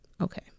Okay